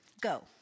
go